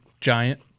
giant